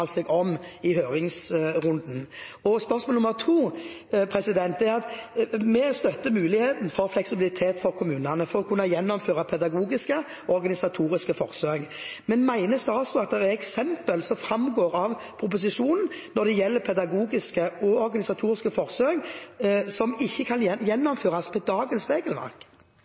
seg om i høringsrunden. Spørsmål nr. 2: Vi støtter muligheten for fleksibilitet for kommunene for å kunne gjennomføre pedagogiske og organisatoriske forsøk. Men mener statsråden at det framgår eksempler av proposisjonen når det gjelder pedagogiske og organisatoriske forsøk, som ikke kan gjennomføres ut fra dagens regelverk?